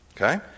Okay